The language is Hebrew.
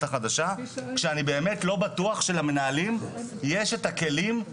החדשה כשאני באמת לא בטוח שלמנהלים יש את הכלים,